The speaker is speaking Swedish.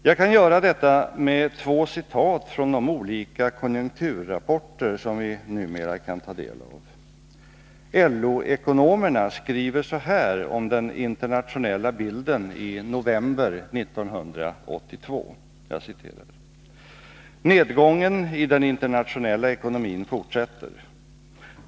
Jag kan göra detta genom att läsa upp två stycken från de olika konjunkturrapporter, som vi numera kan ta del av. LO-ekonomerna skriver så här om den internationella bilden i november 1982: Nedgången i den internationella ekonomin fortsätter.